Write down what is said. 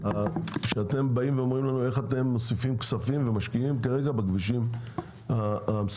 תגידו לנו איך אתם מוסיפים כספים ומשקיעים כרגע בכבישים המסוכנים.